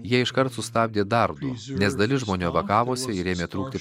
jie iškart sustabdė dar nes dalis žmonių evakavosi ir ėmė trūkti